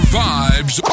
vibes